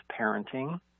Parenting